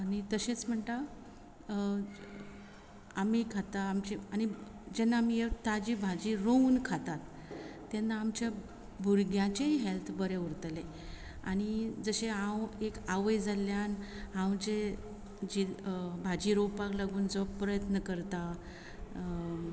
आनी तशेंच म्हणटा आमी खाता आमची आनी जेन्ना आमी ताजी भाजी रोवन खातात तेन्ना आमच्या भुरग्यांचेय हेल्थ बरें उरतले आनी जशे हांव एक आवय जाल्ल्यान हांव जे भाजी रोवपाक लागून जो प्रयत्न करतां